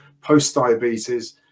post-diabetes